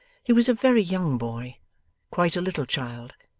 he was a very young boy quite a little child.